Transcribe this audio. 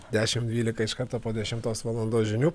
dešim dvylika iš karto po dešimtos valandos žinių